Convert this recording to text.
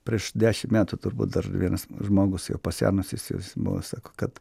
prieš dešimt metų turbūt dar vienas žmogus jau pasenusysis būna sako kad